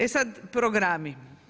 E sad, programi.